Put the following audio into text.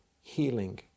healing